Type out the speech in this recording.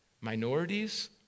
minorities